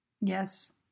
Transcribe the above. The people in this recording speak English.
Yes